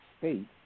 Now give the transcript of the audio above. state